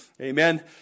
Amen